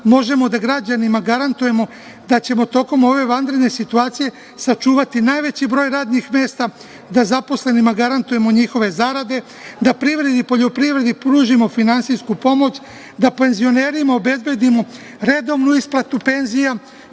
možemo da građanima garantujemo da ćemo tokom ove vanredne situacije sačuvati najveći broj radnih mesta, da zaposlenima garantujemo njihove zarade, da privredi i poljoprivredi pružimo finansijsku pomoć, da penzionerima obezbedimo redovnu isplatu penzija,